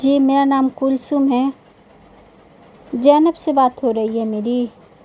جی میرا نام کلثوم ہے زینب سے بات ہو رہی ہے میری